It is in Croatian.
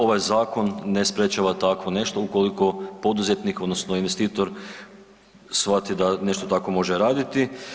Ovaj zakon ne sprječava tako nešto ukoliko poduzetnik odnosno investitor shvati da nešto tako može raditi.